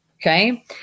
Okay